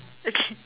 okay